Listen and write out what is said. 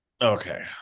Okay